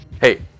Hey